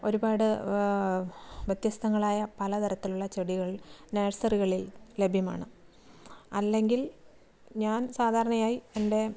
ഒരുപാട് വ്യത്യസ്തങ്ങളായ പല തരത്തിലുള്ള ചെടികൾ നേഴ്സറികളിൽ ലഭ്യമാണ് അല്ലെങ്കിൽ ഞാൻ സാധാരണയായി എൻ്റെ